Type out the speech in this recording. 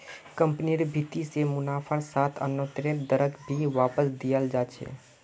कम्पनिर भीति से मुनाफार साथ आन्तरैक दरक भी वापस दियाल जा छे